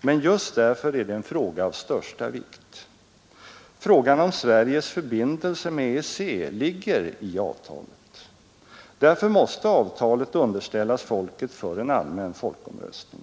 Men just kommer inte att förändra därför är det en fråga av största vikt. Frågan om Sveriges förbindelser med EEC ligger i avtalet. Därför måste avtalet underställas folket för en allmän folkomröstning.